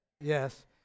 Yes